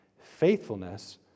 Faithfulness